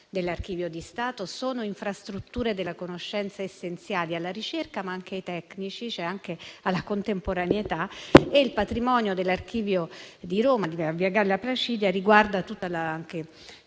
l'Archivio di Stato si tratta di infrastrutture della conoscenza essenziali alla ricerca, ma anche ai tecnici, cioè alla contemporaneità. Il patrimonio dell'Archivio di Roma di via Galla Placidia riguarda lo